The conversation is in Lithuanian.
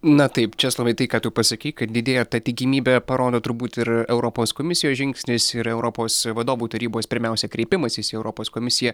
na taip česlovai tai ką tu pasakei kad didėja tikimybė parodo turbūt ir europos komisijos žingsnis ir europos vadovų tarybos pirmiausia kreipimasis į europos komisiją